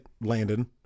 Landon